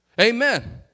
Amen